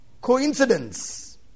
coincidence